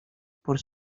por